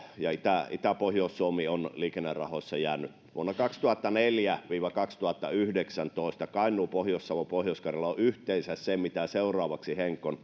itä ja pohjois suomi on jäänyt liikennerahoissa vuosina kaksituhattaneljä viiva kaksituhattayhdeksäntoista kainuu pohjois savo ja pohjois karjala ovat liikennerahoitusten osalta saaneet yhteensä sen mitä seuraavaksi